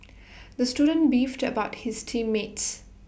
the student beefed about his team mates